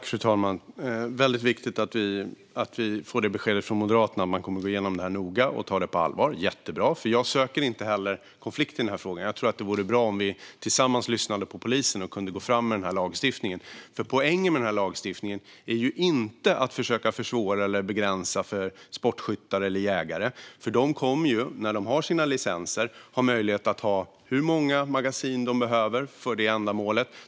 Fru talman! Det är väldigt viktigt att vi får beskedet från Moderaterna att man kommer att gå igenom detta noga och tar det på allvar. Det är jättebra. Jag söker inte konflikt i den här frågan. Jag tror att det vore bra om vi tillsammans lyssnade på polisen och kunde gå fram med den här lagstiftningen. Poängen med den här lagstiftningen är ju inte att försöka försvåra eller begränsa för sportskyttar eller jägare. De kommer ju när de har sina licenser att ha möjlighet att ha så många magasin de behöver för ändamålet.